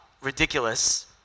ridiculous